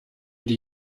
die